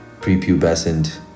prepubescent